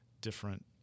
different